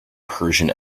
persian